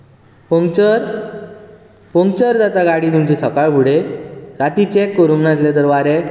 puncture puncture जाता गाडी तुमची सकाळ फुडें राती चॅक करूंक नासलें तर वारें